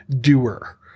doer